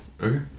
Okay